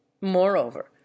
Moreover